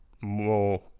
more